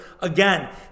Again